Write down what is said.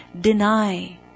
deny